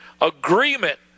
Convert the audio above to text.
agreement